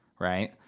right?